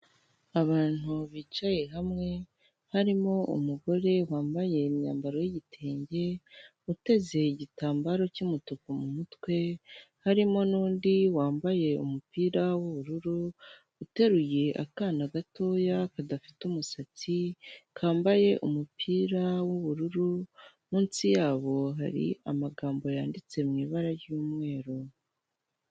Abantu bicaye hamwe harimo umugore wambaye imyambaro y'igitenge, uteze igitambaro cy'umutuku mu mutwe harimo n'undi wambaye umupira w'ubururu uteruye akana gatoya kadafite umusatsi kambaye umupira w'ubururu, munsi yabo hari amagambo yanditse mu ibara ry'umweru.